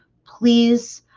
please?